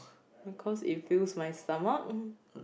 because it fills my stomach